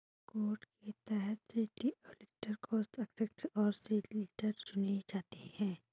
code के तहत city auditor, कोषाध्यक्ष और सॉलिसिटर चुने जाते हैं